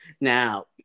Now